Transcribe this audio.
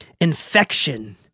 infection